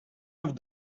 off